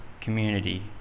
community